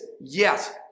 yes